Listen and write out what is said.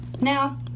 Now